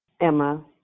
Emma